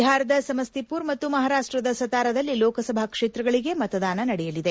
ಬಿಹಾರದ ಸಮಸ್ತಿಪುರ್ ಮತ್ತು ಮಹಾರಾಷ್ಟದ ಸತಾರಾದ ಲೋಕಸಭಾ ಕ್ಷೇತ್ರಗಳಿಗೆ ಮತದಾನ ನಡೆಯಲಿದೆ